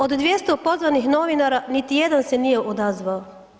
Od 200 pozvanih novinara, niti jedan se nije odazvao.